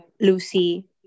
Lucy